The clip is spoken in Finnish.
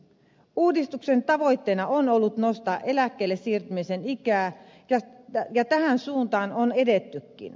uudistuksen tavoitteena on ollut nostaa eläkkeelle siirtymisen ikää ja tähän suuntaan on edettykin